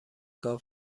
گاو